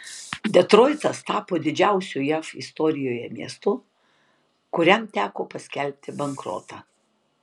detroitas tapo didžiausiu jav istorijoje miestu kuriam teko paskelbti bankrotą